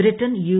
Britain U